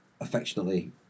affectionately